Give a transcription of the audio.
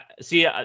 See